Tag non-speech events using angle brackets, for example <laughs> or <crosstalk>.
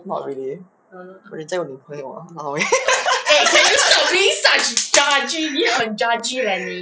not really 人家有女朋友 ah !wah! 好 eh <laughs>